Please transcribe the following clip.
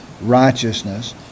righteousness